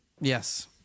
Yes